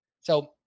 So-